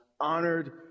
honored